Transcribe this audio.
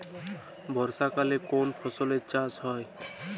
বর্ষাকালে কোন ফসলের চাষ হয়?